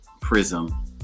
prism